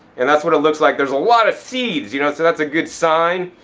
and that's what it looks like. there's a lot of seeds, you know, so that's a good sign,